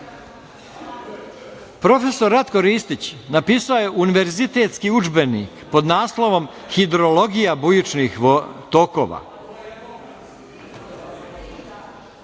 Ratko Ristić napisao je univerzitetski udžbenik pod naslovom „Hidrologija bujičnih tokova“.